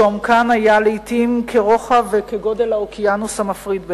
שעומקן היה לעתים כרוחב וכגודל האוקיינוס המפריד ביניהן,